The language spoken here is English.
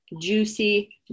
juicy